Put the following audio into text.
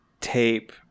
tape